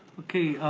okay,